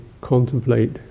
contemplate